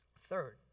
Third